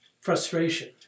frustration